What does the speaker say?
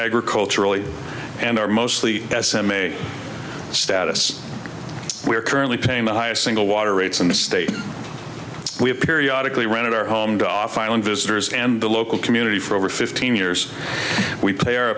agriculturally and are mostly s m a status we are currently paying the highest single water rates in the state we have periodically rented our home to off island visitors and the local community for over fifteen years we play o